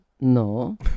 No